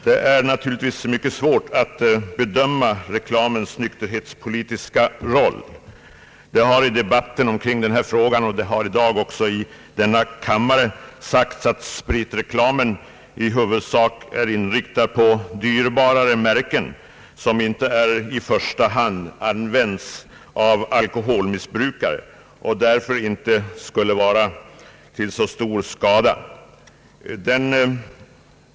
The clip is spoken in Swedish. Det är naturligtvis mycket svårt att bedöma reklamens nykterhetspolitiska roll. Det har i debatten kring denna fråga och även i dag i denna kammare sagts, att spritreklamen i huvudsak är inriktad på dyrbarare märken, som inte i första hand används av alkoholmissbrukare, och den skulle därför inte vara till så stor skada.